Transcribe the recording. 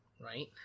Right